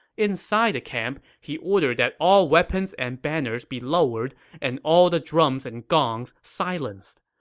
inside the camp, he ordered that all weapons and banners be lowered and all the drums and gongs silenced.